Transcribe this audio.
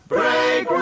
Break